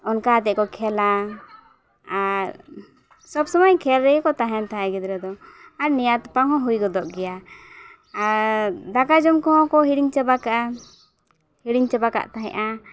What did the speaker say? ᱚᱱᱠᱟ ᱟᱛᱮᱫ ᱠᱚ ᱠᱷᱮᱞᱟ ᱟᱨ ᱥᱚᱵ ᱥᱚᱢᱚᱭ ᱠᱷᱮᱞ ᱨᱮᱜᱮ ᱠᱚ ᱛᱟᱦᱮᱱ ᱛᱟᱦᱮᱸᱫ ᱜᱤᱫᱽᱨᱟᱹ ᱫᱚ ᱟᱨ ᱱᱮᱭᱟᱣ ᱛᱟᱯᱟᱢ ᱦᱚᱸ ᱦᱩᱭ ᱜᱚᱫᱚᱜ ᱜᱮᱭᱟ ᱟᱨ ᱫᱟᱠᱟ ᱡᱚᱢ ᱠᱚᱦᱚᱸ ᱠᱚ ᱦᱤᱲᱤᱧ ᱪᱟᱵᱟ ᱠᱟᱜᱼᱟ ᱦᱤᱲᱤᱧ ᱪᱟᱵᱟ ᱠᱟᱜ ᱛᱟᱦᱮᱸᱫᱼᱟ